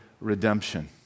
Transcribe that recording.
redemption